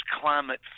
climate